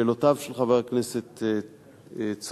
לשאלותיו של חבר הכנסת צרצור.